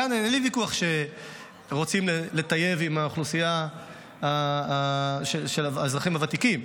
כאן אין לי ויכוח שרוצים להיטיב עם האוכלוסייה של האזרחים הוותיקים.